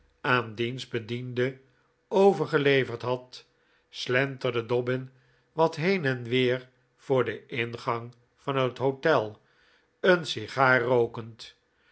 aan diens bediende overgeleverd had slenterde dobbin wat heen en weer voor den ingang van het hotel een sigaar rookend